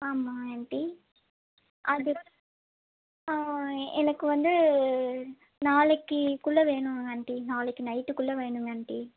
ஆமாம் ஆண்ட்டி அது எனக்கு வந்து நாளைக்குக்குள்ள வேணும் ஆண்ட்டி நாளைக்கு நைட்டுக்குள்ள வேணுங்க ஆண்ட்டி